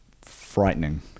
frightening